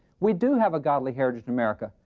we do have a godly heritage in america,